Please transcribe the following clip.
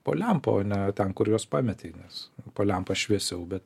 po lempa o ne ten kur juos pametei nes po lempa šviesiau bet